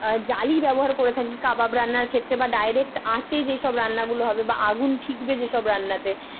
জালি ব্যবহার করে থাকি কাবাব রান্নার ক্ষেত্রে বা ডায়রেক্ট আঁচে যেসব রান্নাগুলো হবে বা আগুন ঠিকবে যেসব রান্নাতে